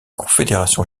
confédération